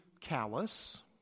callous